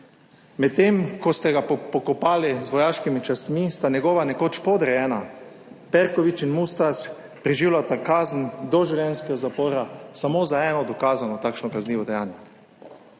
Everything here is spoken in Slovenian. Medtem ko ste ga pokopali z vojaškimi častmi, njegova nekoč podrejena Perković in Mustač preživljata kazen doživljenjskega zapora samo za eno dokazano takšno kaznivo dejanje.